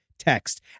text